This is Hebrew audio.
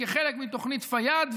כחלק מתוכנית פאיד,